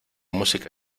música